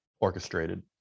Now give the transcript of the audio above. orchestrated